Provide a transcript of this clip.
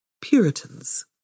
Puritans